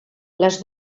les